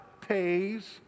pays